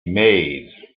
made